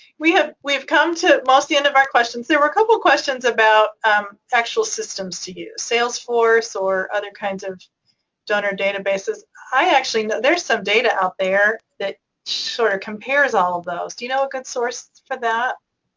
we have we've come to almost the end of our questions. there were a couple questions about actual systems to use. salesforce or other kinds of donor databases. i actually know, there's some data out there that sort of compares all of those. do you know a good source for that?